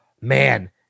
man